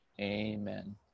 Amen